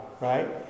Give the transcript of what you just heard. right